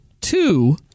two